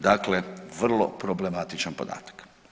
Dakle, vrlo problematičan podatak.